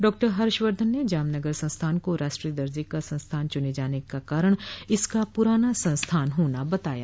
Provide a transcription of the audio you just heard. डॉ हर्षवर्धन ने जामनगर संस्थान को राष्ट्रीय दर्जे का संस्थान चुने जाने का कारण इसका पुराना संस्थान होना बताया